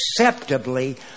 acceptably